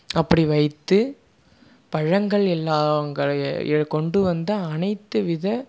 அப்படி வைத்து பழங்கள் எல்லாங்களை ஏ கொண்டு வந்து அனைத்து வித